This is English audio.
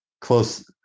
close